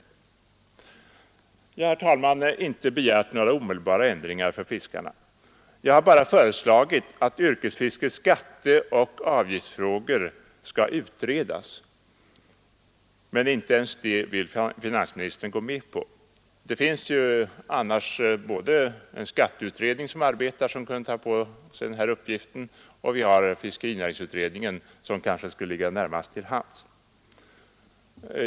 Jag har, herr talman, inte begärt några omedelbara ändringar för fiskarna. Jag har bara föreslagit att yrkesfiskarnas skatteoch avgifts ” frågor skall utredas. Men inte ens det vill finansministern gå med på. Det finns annars både en skatteutredning som arbetar och som kunde ta på sig den här uppgiften och fiskerinäringsutredningen som kanske skulle ligga närmast till hands.